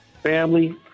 Family